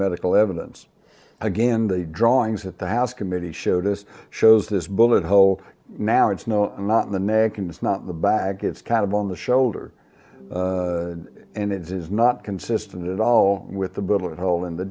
medical evidence again the drawings that the house committee showed us shows this bullet hole now it's no not in the neck and it's not in the back it's kind of on the shoulder and it is not consistent at all with the bullet hole in the